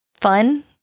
Fun